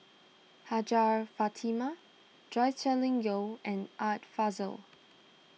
Hajjah Fatimah Joscelin Yeo and Art Fazil